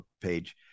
page